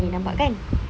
boleh nampak kan